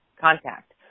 contact